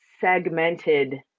segmented